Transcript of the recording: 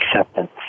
Acceptance